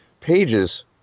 pages